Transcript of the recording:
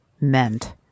meant